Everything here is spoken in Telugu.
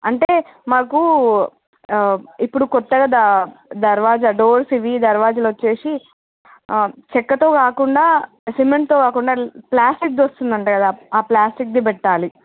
అంటే మాకు ఇప్పుడు కొత్తగా దా దర్వాజా డోర్సు ఇవి దర్వాజాలు వచ్చేసి చెక్కతో కాకుండా సిమెంటుతో కాకుండా ప్లాస్టిక్ది వస్తుందంటకదా ఆ ప్లాస్టిక్ది పెట్టాలి